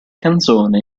canzone